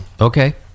Okay